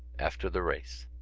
after the race